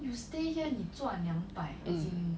um